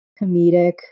comedic